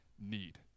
need